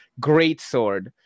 Greatsword